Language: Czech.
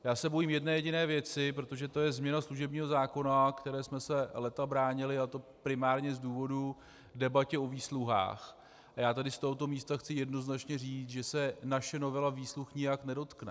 Já se bojím jedné jediné věci, protože to je změna služebního zákona, které jsme se léta bránili, a to primárně z důvodů debaty o výsluhách, a já tady z tohoto místa chci jednoznačné říct, že se naše novela výsluh nijak nedotkne.